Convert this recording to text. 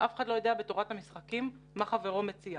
אף אחד לא יודע בתורת המשחקים מה חברו מציע.